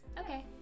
okay